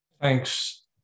Thanks